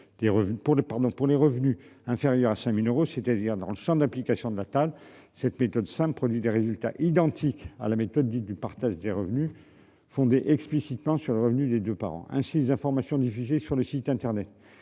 pour les revenus inférieurs à 5000 euros, c'est-à-dire dans le sens de l'application de la table. Cette méthode cinq produit des résultats identiques à la méthode dite du partage des revenus fondée explicitement sur le revenu des deux parents ainsi les informations diffusées sur le site internet